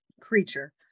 creature